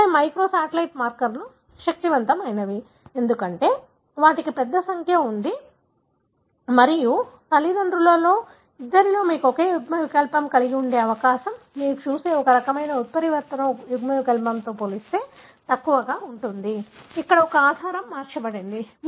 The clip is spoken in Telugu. అక్కడే మైక్రోసాటిలైట్ మార్కర్లు శక్తివంతమైనవి ఎందుకంటే వాటికి పెద్ద సంఖ్య ఉంది మరియు తల్లిదండ్రులిద్దరిలో మీకు ఒకే యుగ్మవికల్పం ఉండే అవకాశం మీరు చూసే ఈ రకమైన ఉత్పరివర్తన యుగ్మవికల్పంతో పోలిస్తే తక్కువగా ఉంటుంది ఇక్కడ ఒక ఆధారం మార్చబడింది